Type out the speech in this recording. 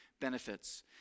benefits